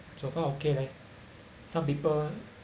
so far okay leh some people